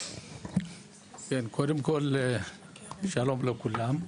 קודם כל שלום לכולם,